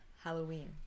Halloween